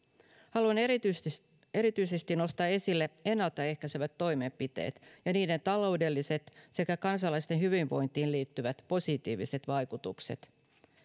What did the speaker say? haluan erityisesti erityisesti nostaa esille ennalta ehkäisevät toimenpiteet ja niiden taloudelliset sekä kansalaisten hyvinvointiin liittyvät positiiviset vaikutukset